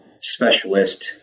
specialist